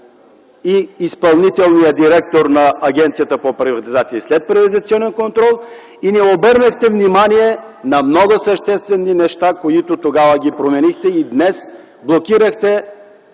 и изпълнителния директор на Агенцията по приватизация и следприватизацонен контрол, и не обърнахте внимание на много съществени неща, които променихте тогава